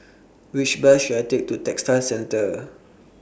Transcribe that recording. Which Bus should I Take to Textile Centre